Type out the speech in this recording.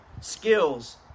skills